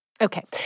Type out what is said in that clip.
Okay